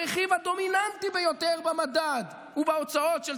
הרכיב הדומיננטי ביותר במדד ובהוצאות של